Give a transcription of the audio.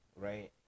Right